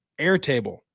Airtable